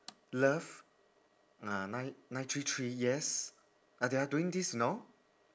love ni~ nine three three yes ah they are doing this you know